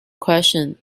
question